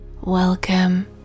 Welcome